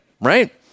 right